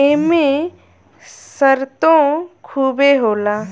एमे सरतो खुबे होला